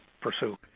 pursue